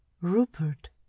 Rupert